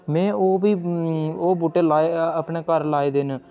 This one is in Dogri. में ओह् बी ओह् बूह्टे लाए अपनै घर लाए दे न